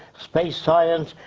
space science.